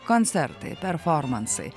koncertai performansai